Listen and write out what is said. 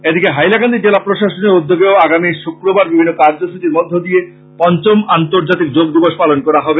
এদিকে হাইলাকান্দি জেলা প্রশাসনের উদ্যোগেও আগামী শুক্রবার বিভিন্ন কার্যসূচীর মধ্যে দিয়ে পঞ্চম আর্ন্তজাতিক যোগ দিবস পালন করা হবে